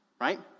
right